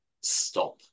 stop